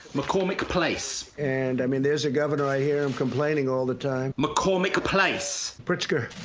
mccormack place. and i mean there's a governor, i hear him complaining all the time. mccormack place. pritzker,